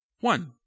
One